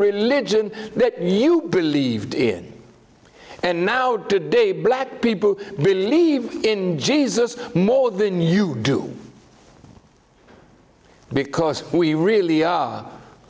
religion that you believed in and now today black people who believe in jesus more than you do because we really are